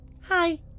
Hi